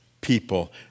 people